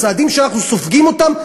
הצעדים שאנחנו סופגים אותם,